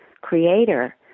creator